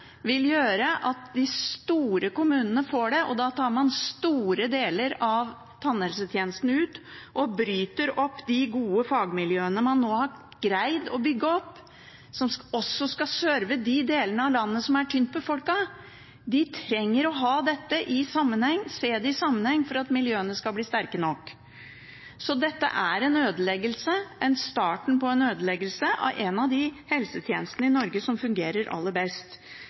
vil gjøre at de store kommunene får det, og da tar man store deler av tannhelsetjenesten ut og bryter opp de gode fagmiljøene man nå har greid å bygge opp, som også skal serve de delene av landet som er tynt befolket. De trenger å se dette i sammenheng for at miljøene skal bli sterke nok. Så dette er starten på en ødeleggelse av en av de helsetjenestene i Norge som fungerer aller best.